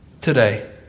today